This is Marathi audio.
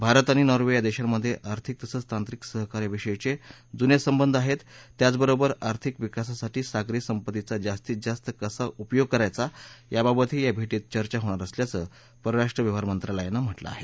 भारत आणि नॉर्वे या देशांमधे आर्थिक तसंच तात्रिक सहकार्या विषयीचे जूने संबंध आहेत त्याचबरोबर आर्थिक विकासासाठी सागरी संपंत्तीचा जास्तीत जास्त कसा उपयोग करायचा याबाबतही या भेटीत चर्चा अपेक्षित असल्याचं परराष्ट्र व्यवहार मंत्रालयानं म्हटलं आहे